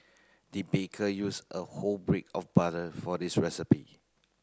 the baker use a whole break of butter for this recipe